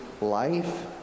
life